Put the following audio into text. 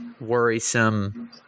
worrisome